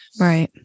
Right